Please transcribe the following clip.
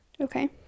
Okay